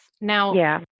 Now